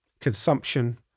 consumption